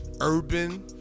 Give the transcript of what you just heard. urban